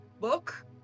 book